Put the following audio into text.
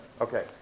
okay